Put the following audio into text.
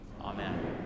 Amen